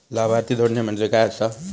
लाभार्थी जोडणे म्हणजे काय आसा?